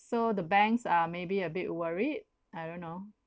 so the banks are maybe a bit worried I don't know